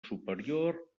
superior